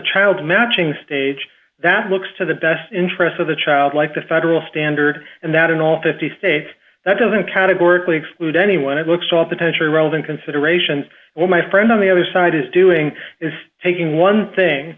child matching stage that looks to the best interests of the child life the federal standard and that in all fifty states that doesn't kind of work we exclude anyone it looks all potentially relevant considerations well my friend on the other side is doing is taking one thing